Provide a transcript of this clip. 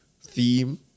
theme